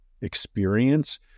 experience